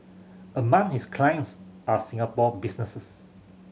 among his clients are Singapore businesses